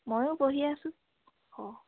ময়ো পঢ়ি আছোঁ অঁ